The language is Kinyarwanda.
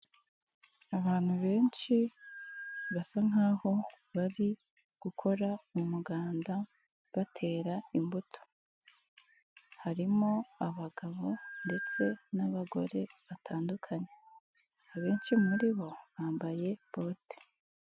Abantu benshi basa nkaho bari gukora umuganda batera imbuto, harimo abagabo ndetse n'abagore batandukanye abenshi muri bo bambaye bote.